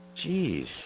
Jeez